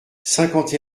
cinquante